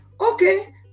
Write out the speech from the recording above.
okay